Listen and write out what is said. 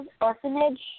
Orphanage